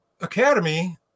academy